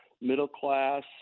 middle-class